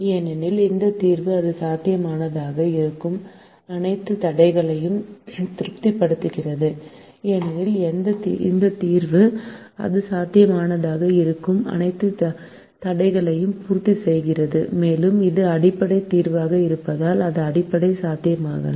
ஏனெனில் இந்த தீர்வு அது சாத்தியமானதாக இருக்கும் அனைத்து தடைகளையும் திருப்திப்படுத்துகிறது ஏனெனில் இந்த தீர்வு அது சாத்தியமானதாக இருக்கும் அனைத்து தடைகளையும் பூர்த்தி செய்கிறது மேலும் இது ஒரு அடிப்படை தீர்வாக இருப்பதால் அது அடிப்படை சாத்தியமாகிறது